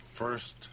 First